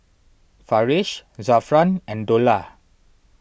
Farish Zafran and Dollah